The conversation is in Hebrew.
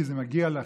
כי זה מגיע לכם.